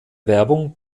werbung